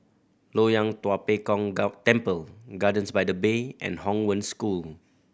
Loyang Tua Pek Kong Temple Gardens by the Bay and Hong Wen School